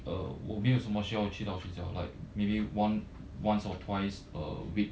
uh 我没有什么需要去到学校 like maybe one once or twice a week